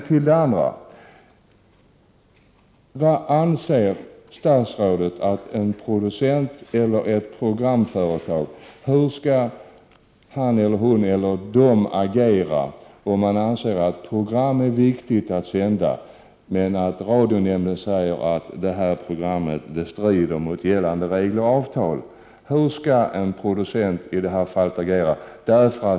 Hur anser statsrådet att en producent eller ett programföretag skall agera om man anser att ett program är viktigt att sända, men radionämnden säger att programmet strider mot gällande regler och avtal? Hur skall en producent i detta fall agera?